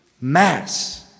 Mass